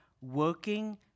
working